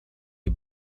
die